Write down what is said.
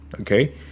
okay